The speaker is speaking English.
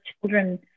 children